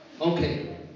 Okay